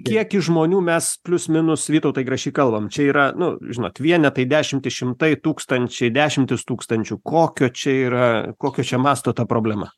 kiekis žmonių mes plius minus vytautai grašy kalbam čia yra nu žinot vienetai dešimtys šimtai tūkstančiai dešimtys tūkstančių kokio čia yra kokio čia mąsto ta problema